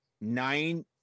Nine –